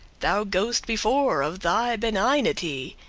thou go'st before, of thy benignity,